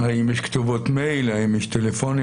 האם יש כתובות מייל, האם יש טלפונים?